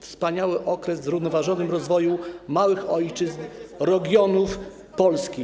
Wspaniały okres zrównoważonego rozwoju małych ojczyzn, regionów Polski.